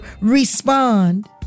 respond